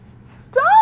Stop